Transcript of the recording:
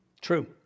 True